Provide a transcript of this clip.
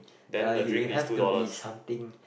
uh you you have to be something